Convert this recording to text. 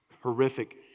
horrific